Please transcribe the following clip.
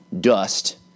dust